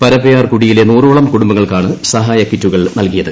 പരപ്പയാർ കുടിയിലെ നൂറോളം കുടുംബങ്ങൾക്കാണ് സഹായകിറ്റുകൾ നൽകിയത്